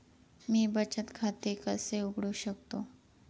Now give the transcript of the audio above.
मी बचत खाते कसे उघडू शकतो?